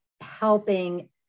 helping